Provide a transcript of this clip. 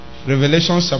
Revelation